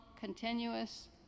continuous